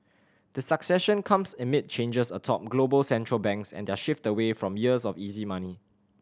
the succession comes amid changes atop global Central Banks and their shift away from years of easy money